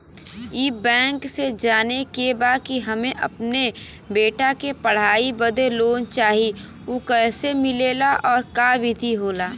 ई बैंक से जाने के बा की हमे अपने बेटा के पढ़ाई बदे लोन चाही ऊ कैसे मिलेला और का विधि होला?